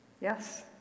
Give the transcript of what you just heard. Yes